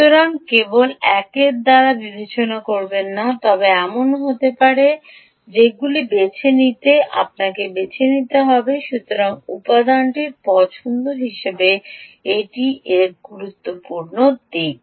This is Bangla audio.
সুতরাং কেবল একের দ্বারা বিবেচনা করবেন না তবে এমন সময় হতে পারে যেগুলি বেছে নিতে আপনি বেছে নিতে পারেন সুতরাং উপাদানটির পছন্দ হিসাবে এটি এর গুরুত্বপূর্ণ দিক